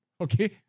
okay